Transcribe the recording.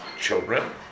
children